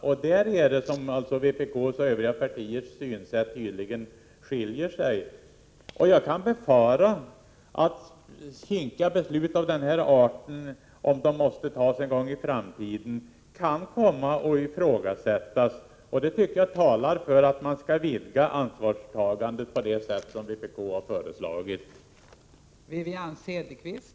Och det är på den punkten som vpk:s och övriga partiers synsätt tydligen skiljer sig. Jag kan befara att kinkiga beslut av den här arten, om de måste fattas en gång i framtiden, kan komma att ifrågasättas. Det tycker jag talar för att man skall vidga ansvarstagandet på det sätt som vpk har föreslagit.